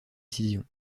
décision